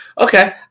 Okay